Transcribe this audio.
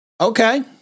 okay